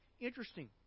Interesting